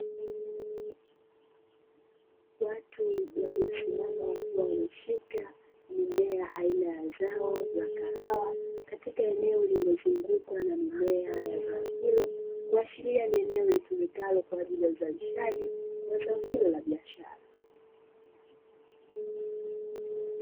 Watu waliosimama wakiwa wameshika mimea aina ya zao la kahawa katika eneo lililozungukwa na mimea ya zao hilo, kuashiria ni eneo litumikalo kwa ajili ya uzalishaji wa zao hilo la biashara.